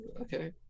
Okay